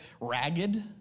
ragged